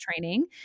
training